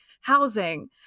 housing